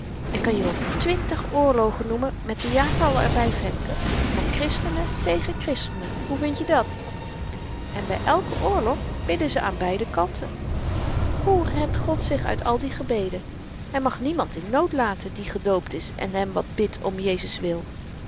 ik kan je wel twintig oorlogen noemen met de jaartallen er by femke van christenen tegen christenen hoe vind je dàt en by elken oorlog bidden ze aan beide kanten hoe redt god zich uit al die gebeden hy mag niemand in nood laten die gedoopt is en hem wat bidt om jezus wil